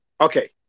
Okay